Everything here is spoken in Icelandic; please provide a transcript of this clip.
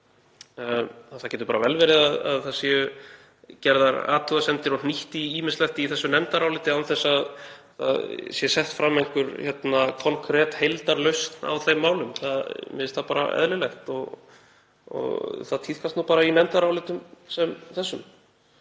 Það getur vel verið að það séu gerðar athugasemdir og hnýtt í ýmislegt í þessu nefndaráliti án þess að það sé sett fram konkret heildarlausn á þeim málum. Mér finnst það bara eðlilegt og það tíðkast nú í nefndarálitum sem þessum